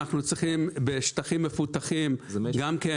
אנחנו צריכים בשטחים מפותחים גם כן